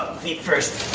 feet first.